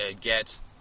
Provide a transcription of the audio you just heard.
get